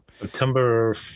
September